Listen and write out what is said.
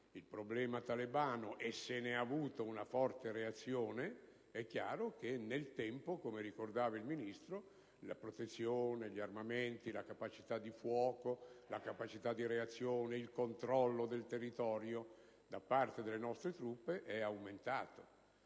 il problema talebano e si è avuta una forte reazione, nel tempo, come ha ricordato il Ministro, la protezione, gli armamenti, la capacità di fuoco, la capacità di reazione, il controllo del territorio da parte delle nostre truppe sono aumentati.